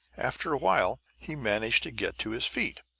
after a while he managed to get to his feet.